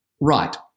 Right